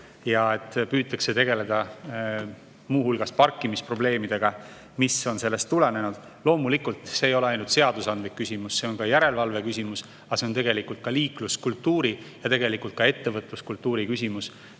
Hea, et püütakse tegeleda muu hulgas parkimisprobleemidega, mis on sellest tulenenud. Loomulikult see ei ole ainult seadusandlik küsimus, see on ka järelevalve küsimus, aga see on tegelikult ka liikluskultuuri ja ettevõtluskultuuri küsimus.